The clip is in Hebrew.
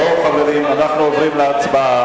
בואו, חברים, אנחנו עוברים להצבעה.